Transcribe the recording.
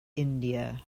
india